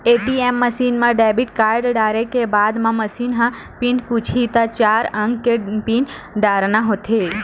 ATM machine म debit card डारे के बाद म मसीन ह पिन पूछही त चार अंक के पिन डारना होथे